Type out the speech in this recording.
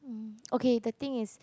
mm okay the thing is